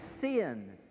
sin